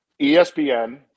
ESPN